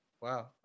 Wow